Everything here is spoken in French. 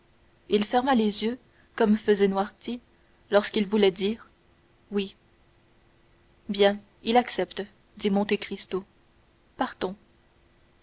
il ferma les yeux comme faisait noirtier lorsqu'il voulait dire oui bien il accepte dit monte cristo partons